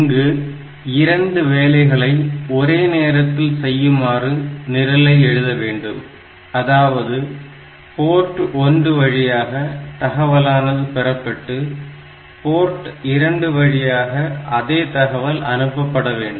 இங்கு இரண்டு வேலைகளை ஒரே நேரத்தில் செய்யுமாறு நிரலை எழுத வேண்டும் அதாவது போரட் 1 வழியாக தகவலானது பெறப்பட்டு போர்ட் 2 வழியாக அதே தகவல் அனுப்பப்பட வேண்டும்